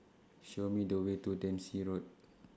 Show Me The Way to Dempsey Road